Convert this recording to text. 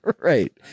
Right